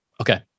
Okay